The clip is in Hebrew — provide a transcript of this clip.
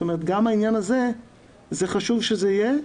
גם העניין הזה חשוב שיהיה.